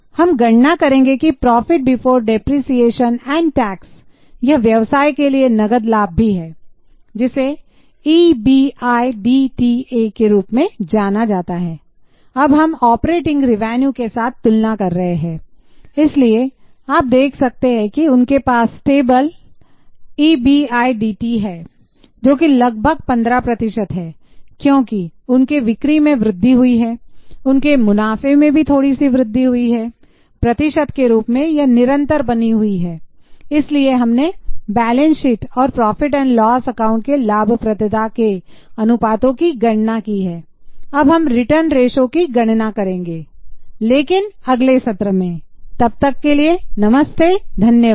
हम गणना करेंगे कि profit before depreciation and tax की गणना करेंगे लेकिन अगले सत्र में नमस्ते धन्यवाद